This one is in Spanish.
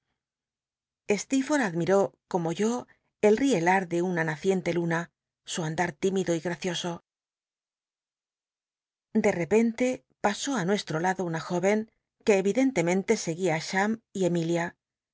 aclmi ó como yo all'ielar de una naciente luna su andar tímido y gracioso de repente pa ó á nucsll'o lado una jóren que evidentemente seguía á cham y ernilia